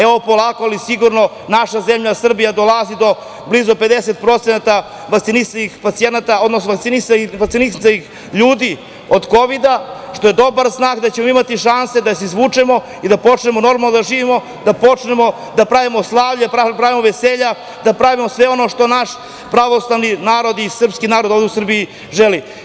Evo polako ali sigurno, naša zemlja Srbija dolazi do blizu 50% vakcinisanih pacijenata, odnosno vakcinisanih ljudi protiv Kovida, što je dobar znak da ćemo imati šanse da se izvučemo i da počnemo normalno da živimo, da počnemo da pravimo slavlja, da pravimo veselja, da pravimo sve ono što naš pravoslavni narod i srpski narod ovde u Srbiji želi.